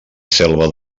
selva